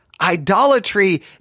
Idolatry